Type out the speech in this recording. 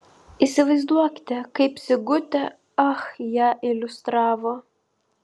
įsivaizduokite kaip sigutė ach ją iliustravo